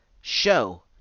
show